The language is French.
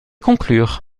conclure